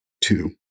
two